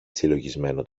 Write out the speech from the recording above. συλλογισμένο